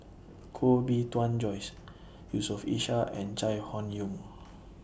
Koh Bee Tuan Joyce Yusof Ishak and Chai Hon Yoong